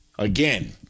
Again